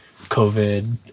COVID